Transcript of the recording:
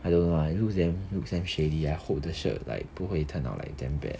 I don't know ah it looks damn looks damn shady ah I hope the shirt like 不会 turn out like damn bad